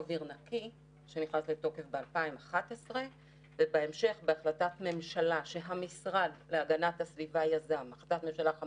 גם מול גופי הסביבה שפועלים איתנו המשרד להגנת הסביבה כמובן